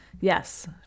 yes